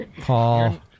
paul